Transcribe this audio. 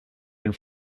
and